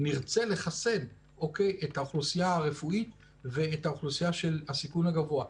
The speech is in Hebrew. נרצה לחסן את האוכלוסייה הרפואית ואת האוכלוסייה של הסיכון הגבוה.